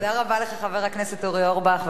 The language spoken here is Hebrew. תודה רבה לך, חבר הכנסת אורי אורבך.